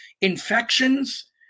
infections